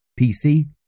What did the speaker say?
PC